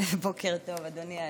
בוקר טוב, אדוני היושב-ראש.